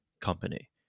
company